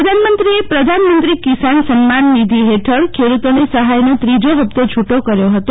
પ્રધાનમંત્રીએ પ્રધા નમંત્રી કિસાન સન્માન નિધિ હેઠળ ખેડતોને સહાયનો ત્રીજો હપ્તો છૂટો કર્યો હતો